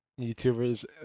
YouTubers